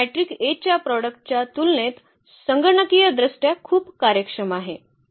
मग matrix A च्या प्रॉडक्टच्या तुलनेत संगणकीयदृष्ट्या खूप कार्यक्षम आहे